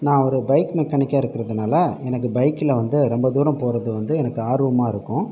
நான் ஒரு பைக் மெக்கானிக்காக இருக்கிறதுனால எனக்கு பைக்கில் வந்து ரொம்ப தூரம் போகிறது வந்து எனக்கு ஆர்வமாக இருக்கும்